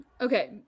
okay